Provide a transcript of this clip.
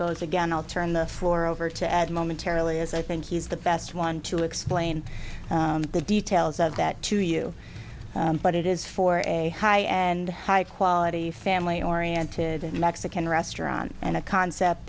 goes again i'll turn the floor over to add momentarily as i think he's the best one to explain the details of that to you but it is for a high and high quality family oriented mexican restaurant and a concept